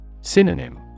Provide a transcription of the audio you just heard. Synonym